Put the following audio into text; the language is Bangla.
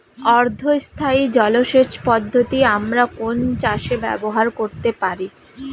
অর্ধ স্থায়ী জলসেচ পদ্ধতি আমরা কোন চাষে ব্যবহার করতে পারি?